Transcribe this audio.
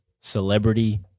Celebrity